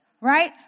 Right